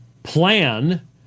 Plan